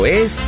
es